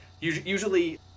Usually